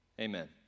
Amen